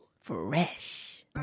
Fresh